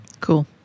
Cool